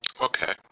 Okay